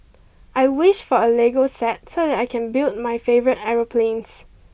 I wished for a lego set so that I can build my favourite aeroplanes